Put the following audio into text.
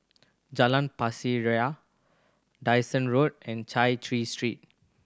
Jalan Pasir Ria Dyson Road and Chai Chee Street